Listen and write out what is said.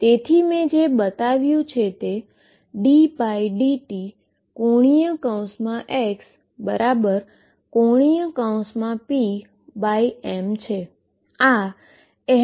તેથી મેં જે બતાવ્યું તે છે ddt⟨x⟩⟨p⟩m છે